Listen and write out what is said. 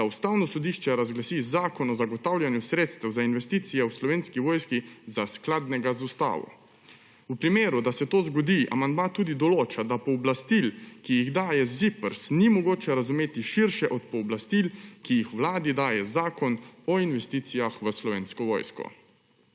da Ustavno sodišče razglasi Zakon o zagotavljanju sredstev za investicije v Slovenski vojski za skladnega z ustavo. Če se to zgodi, amandma tudi določa, da pooblastil, ki jih daje ZIPRS, ni mogoče razumeti širše od pooblastil, ki jih Vladi daje zakon o investicijah v Slovensko vojsko.